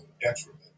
detriment